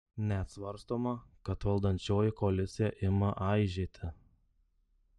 net svarstoma kad valdančioji koalicija ima aižėti